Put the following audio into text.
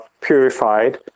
purified